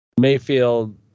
Mayfield